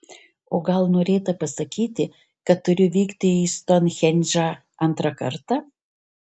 o gal norėta pasakyti kad turiu vykti į stounhendžą antrą kartą